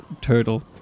turtle